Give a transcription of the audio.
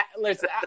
listen